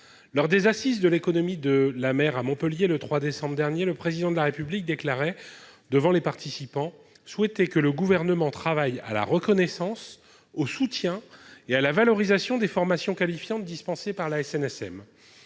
Lors des Assises de l'économie de la mer qui se sont tenues à Montpellier, le 3 décembre dernier, le Président de la République déclarait souhaiter que le Gouvernement travaille à la reconnaissance, au soutien et à la valorisation des formations qualifiantes dispensées par la SNSM.